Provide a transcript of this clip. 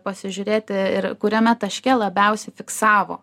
pasižiūrėti ir kuriame taške labiausiai fiksavo